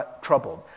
troubled